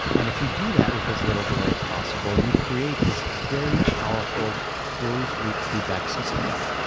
and if you do that with as little delay as possible, you create this very powerful closed loop feedback system. got it.